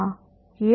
हाँ किया